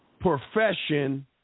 profession